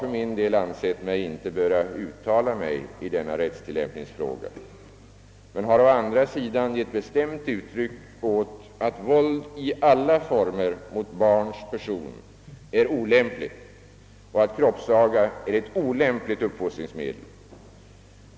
För min del har jag inte ansett mig böra uttala mig i denna rättstillämpningsfråga, men jag har å andra sidan gett ett bestämt uttryck åt tanken att våld i alla former mot barns person är olämpligt, och att kroppsaga är ett olämpligt uppfostringsmedel.